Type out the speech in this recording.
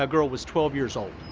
ah girl was twelve years old.